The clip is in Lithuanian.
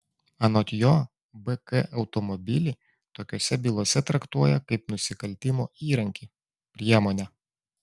anot jo bk automobilį tokiose bylose traktuoja kaip nusikaltimo įrankį priemonę